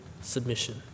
submission